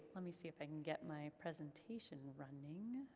let me see if i can get my presentation running